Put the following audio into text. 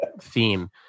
theme